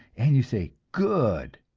and you say, good!